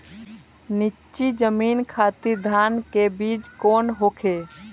नीची जमीन खातिर धान के बीज कौन होखे?